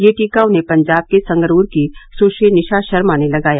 यह टीका उन्हें पंजाब के संगरूर की सुश्री निशा शर्मा ने लगाया